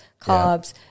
carbs